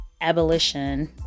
abolition